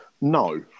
no